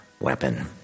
weapon